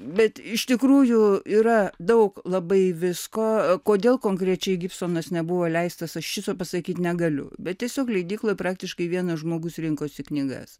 bet iš tikrųjų yra daug labai visko o kodėl konkrečiai gibsonas nebuvo leistas aš šito pasakyti negaliu bet tiesiog leidykloj praktiškai vienas žmogus rinkosi knygas